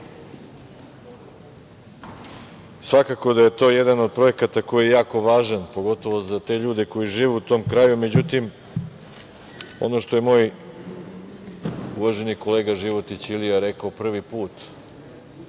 Svakako da je to jedan od projekata koji je jako važan, pogotovo za te ljude koji žive u tom kraju. Međutim, ono što je moj uvaženi kolega Životić Ilija rekao – prvi put